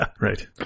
right